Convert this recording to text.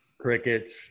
Crickets